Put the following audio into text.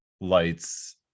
lights